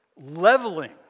leveling